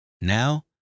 Now